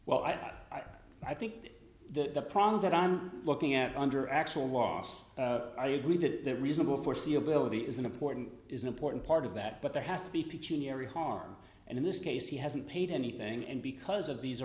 well i'm ira i think that the problem that i'm looking at under actual loss are you agree that reasonable foreseeability is an important is an important part of that but there has to be ph in every harm and in this case he hasn't paid anything and because of these